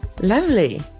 Lovely